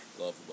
Love